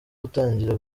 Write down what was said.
gutangira